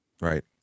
right